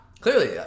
Clearly